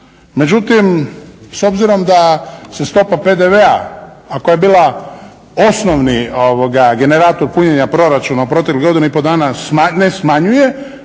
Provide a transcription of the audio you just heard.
međutim s obzirom da se stopa PDV-a ako je bila osnovni generator punjenja proračuna u proteklih godinu i pol dana ne smanjuje,